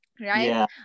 right